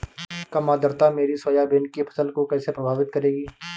कम आर्द्रता मेरी सोयाबीन की फसल को कैसे प्रभावित करेगी?